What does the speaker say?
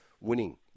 winning